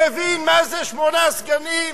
מבין מה זה שמונה סגנים?